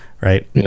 right